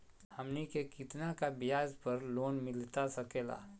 हमनी के कितना का ब्याज पर लोन मिलता सकेला?